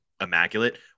immaculate